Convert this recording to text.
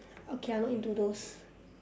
okay I not into those